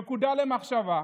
נקודה למחשבה: